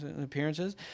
Appearances